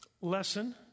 lesson